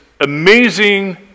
amazing